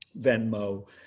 Venmo